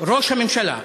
ראש הממשלה,